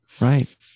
Right